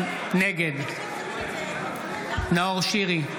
נגד נאור שירי,